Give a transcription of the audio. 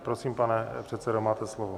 Prosím, pane předsedo, máte slovo.